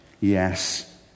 Yes